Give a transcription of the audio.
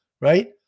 right